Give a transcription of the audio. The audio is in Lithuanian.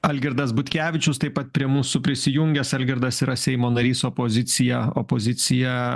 algirdas butkevičius taip pat prie mūsų prisijungęs algirdas yra seimo narys opozicija opozicija